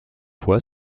fois